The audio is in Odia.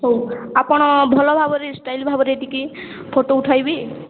ହଉ ଆପଣ ଭଲ ଭାବରେ ଷ୍ଟାଇଲ୍ ଭାବରେ ଟିକେ ଫୋଟୋ ଉଠାଇବେ